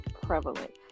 prevalent